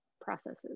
processes